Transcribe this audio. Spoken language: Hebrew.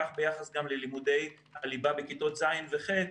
כך ביחס גם ללימודי הליבה בכיתות ז'-ח',